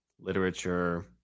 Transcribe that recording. literature